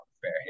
fair